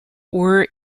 were